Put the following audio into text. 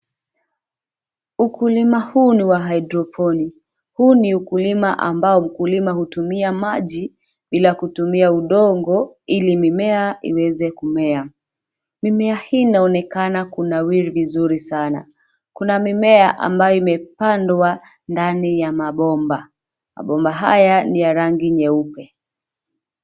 Ukulima huu ni wa hydroponi . Huu ni ukulima ambao mkulima hutumia maji, bila kutumia udongo, ili mimea iweze kumea. Mimea hii inaonekana kunawiri vizuri sana. Kuna mimea ambayo imepandwa ndani ya mabomba. Mabomba haya ni ya rangi nyeupe.